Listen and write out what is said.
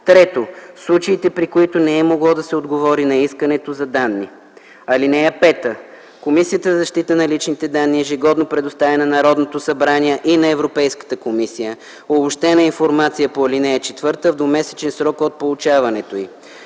3. случаите, при които не е могло да се отговори на искането за данни. (5) Комисията за защита на личните данни ежегодно предоставя на Народното събрание и на Европейската комисия обобщената информация по ал. 4 и 5 в двумесечен срок от получаването й.